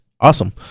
Awesome